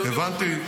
אדוני ראש הממשלה.